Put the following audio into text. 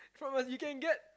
from us you can get